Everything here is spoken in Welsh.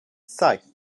saith